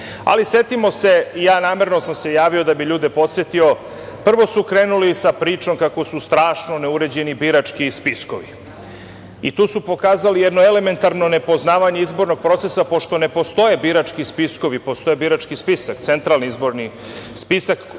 setimo se i namerno sam se javio, da bih ljude podsetio, prvo su krenuli sa pričom kako su strašno neuređeni birački spiskovi. Tu su pokazali jedno elementarno nepoznavanje izbornog procesa pošto ne postoje birački spiskovi, postoji Centralni izborni birački